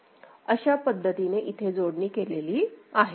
तर अशा पद्धतीने इथे जोडणी केलेली आहे